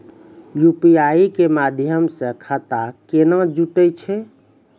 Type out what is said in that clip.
UPI के माध्यम से खाता केना जुटैय छै?